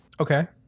okay